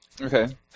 Okay